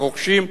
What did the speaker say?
הרוכשים,